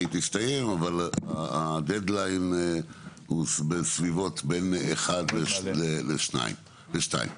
היא תסתיים אבל הדד ליין הוא בסביבות בין 13:00 ל-14:00,